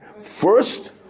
First